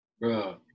Bro